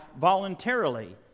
voluntarily